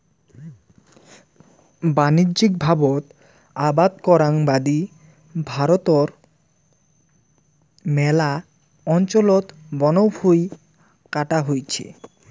বাণিজ্যিকভাবত আবাদ করাং বাদি ভারতর ম্যালা অঞ্চলত বনভুঁই কাটা হইছে